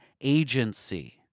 agency